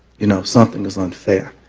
you know, something is unfair.